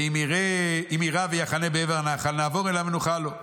ואם יירא ויחנה בעבר הנחל, נעבור אליו ונוכל לו.